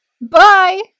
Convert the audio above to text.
Bye